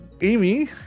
Amy